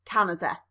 Canada